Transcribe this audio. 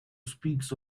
speaks